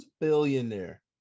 billionaire